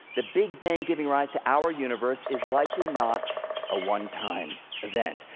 the big bang giving rise to our universe is likely not a one-time event.